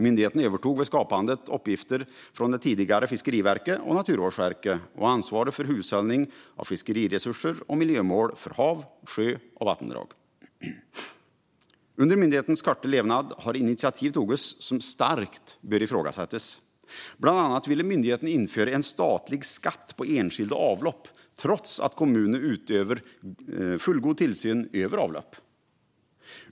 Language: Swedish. Myndigheten övertog vid skapandet uppgifter från det tidigare Fiskeriverket och Naturvårdsverket och ansvarar för hushållning av fiskeriresurser samt för miljömål för hav, sjö och vattendrag. Under myndighetens korta levnad har initiativ tagits som bör ifrågasättas starkt. Bland annat ville myndigheten införa en statlig skatt på enskilda avlopp trots att kommunerna utövar fullgod tillsyn över avlopp.